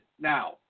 now